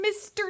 Mr